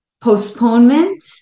postponement